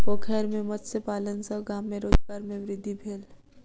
पोखैर में मत्स्य पालन सॅ गाम में रोजगार में वृद्धि भेल